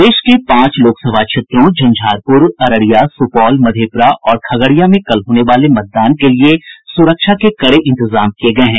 प्रदेश के पांच लोकसभा क्षेत्रों झंझारपुर अररिया सुपौल मधेपुरा और खगड़िया में कल होने वाले मतदान के लिये सुरक्षा के कड़े इंतजाम किये गये हैं